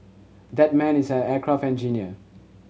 that man is an aircraft engineer